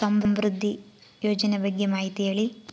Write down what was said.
ಸಮೃದ್ಧಿ ಯೋಜನೆ ಬಗ್ಗೆ ಮಾಹಿತಿ ಹೇಳಿ?